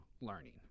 learning